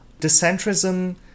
Decentrism